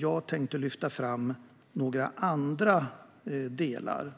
Jag tänkte därför lyfta fram några andra delar